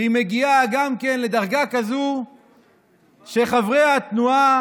שהיא מגיעה גם לדרגה כזאת שחברי התנועה